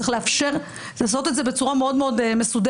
צריך לאפשר לעשות את זה בצורה מאוד מאוד מסודרת,